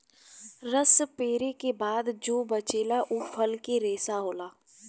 रस पेरे के बाद जो बचेला उ फल के रेशा होला